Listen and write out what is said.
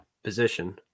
position